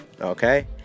Okay